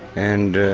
and